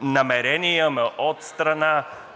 намерения има